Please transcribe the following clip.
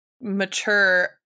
mature